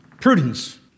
Prudence